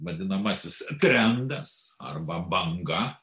vadinamasis trendas arba banga